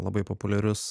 labai populiarius